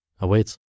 awaits